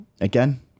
Again